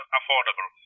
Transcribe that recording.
affordable